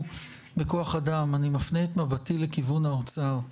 בכוח אדם ואני מפנה את מבטי לכיוון האוצר.